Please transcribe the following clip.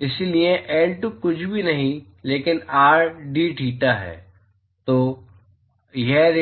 इसलिए L2 कुछ भी नहीं है लेकिन r dtheta है